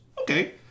okay